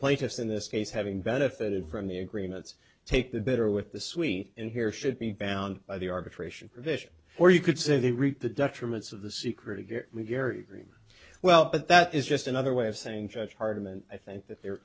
plaintiffs in this case having benefited from the agreements take the bitter with the sweet in here should be bound by the arbitration provision or you could say they read the documents of the secret of your dream well but that is just another way of saying judge hardman i think that their